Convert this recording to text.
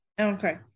Okay